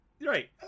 Right